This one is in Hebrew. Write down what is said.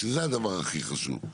שזה הדבר הכי חשוב.